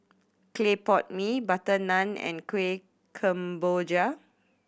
clay pot mee butter naan and Kuih Kemboja